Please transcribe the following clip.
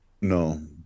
No